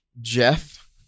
Jeff